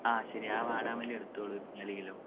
ആ ശരി ആ വാടാമല്ലി എടുത്തോളൂ നാല് കിലോ